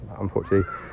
unfortunately